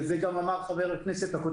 ואת זה גם אמר ח"כ עמאר,